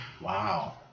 Wow